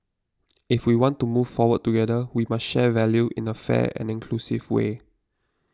if we want to move forward together we must share value in a fair and inclusive way